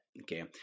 Okay